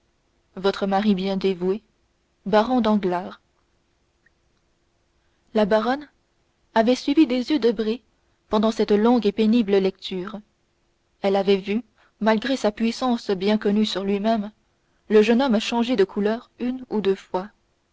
votre mari bien dévoué baron danglars la baronne avait suivi des yeux debray pendant cette longue et pénible lecture elle avait vu malgré sa puissance bien connue sur lui-même le jeune homme changer de couleur une ou deux fois